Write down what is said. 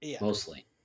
mostly